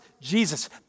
Jesus